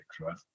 right